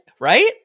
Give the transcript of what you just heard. Right